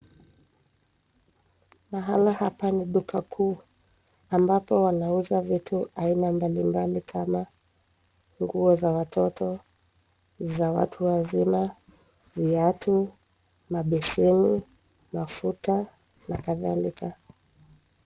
"Mahali hapa ni duka kuu, ambapo wanauza vitu aina mbalimbali kama, nguo za watoto, za watu wazima, viatu, mabeseni, mafuta na kadhalika.